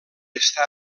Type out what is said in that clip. està